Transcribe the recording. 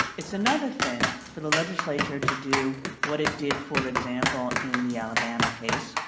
it's another thing for the legislature to do what it did, for example, in the alabama case,